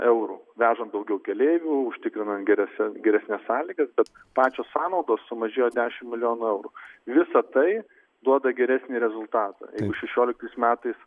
eurų vežam daugiau keleivių užtikrinam gerese geresnes sąlygas pačios sąnaudos sumažėjo dešimt milijonų eurų visa tai duoda geresnį rezultatą šešioliktais metais